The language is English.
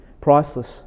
priceless